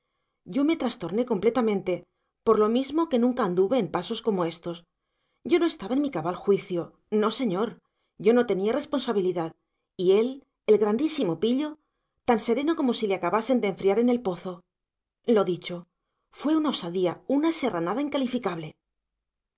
yo me trastorné completamente por lo mismo que nunca anduve en pasos como estos yo no estaba en mi cabal juicio no señor yo no tenía responsabilidad y él el grandísimo pillo tan sereno como si le acabasen de enfriar en el pozo lo dicho fue una osadía una serranada incalificable